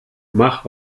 mach